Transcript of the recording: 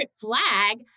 flag